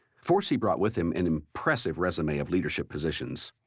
forsee brought with him an impressive resume of leadership positions.